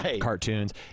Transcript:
cartoons